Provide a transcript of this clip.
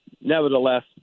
nevertheless